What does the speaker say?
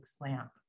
lamp